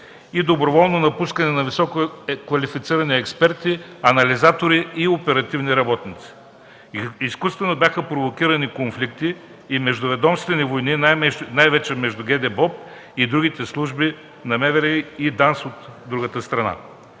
и доброволно напускане на висококвалифицирани експерти, анализатори и оперативни работници. Изкуствено бяха провокирани конфликти и междуведомствени войни най-вече между ГДБОП и другите служби на МВР, и ДАНС от другата страна.